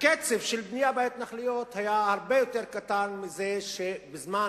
קצב הבנייה בהתנחלויות היה קטן יותר מאשר בזמן